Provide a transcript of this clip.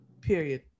Period